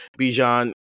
bijan